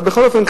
אבל בכל אופן,